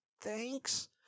Thanks